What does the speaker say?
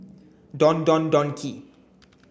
Don Don Donki